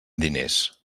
diners